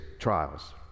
trials